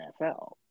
NFL